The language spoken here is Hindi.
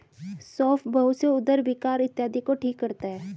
सौंफ बहुत से उदर विकार इत्यादि को ठीक करता है